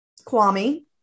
Kwame